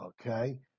Okay